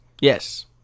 yes